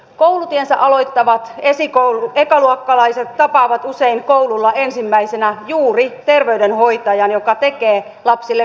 koulutiensä aloittavat ekaluokkalaiset tapaavat usein koululla ensimmäisenä juuri terveydenhoitajan joka tekee lapsille kouluuntulotarkastuksen